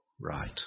Right